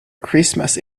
christmas